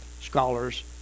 scholars